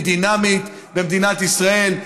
היא דינמית במדינת ישראל,